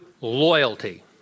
loyalty